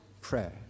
prayer